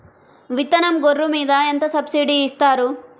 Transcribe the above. విత్తనం గొర్రు మీద ఎంత సబ్సిడీ ఇస్తారు?